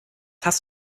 hast